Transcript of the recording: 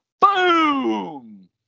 Boom